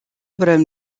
vrem